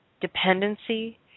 dependency